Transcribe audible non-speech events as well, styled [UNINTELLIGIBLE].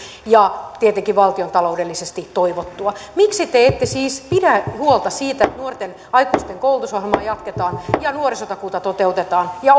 ja tietenkin valtiontaloudellisesti toivottua miksi te ette siis pidä huolta siitä että nuorten aikuisten koulutusohjelmaa jatketaan ja nuorisotakuuta toteutetaan ja [UNINTELLIGIBLE]